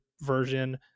version